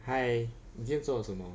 hi 你今天做了什么